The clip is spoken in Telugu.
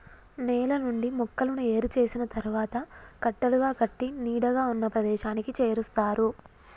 నేల నుండి మొక్కలను ఏరు చేసిన తరువాత కట్టలుగా కట్టి నీడగా ఉన్న ప్రదేశానికి చేరుస్తారు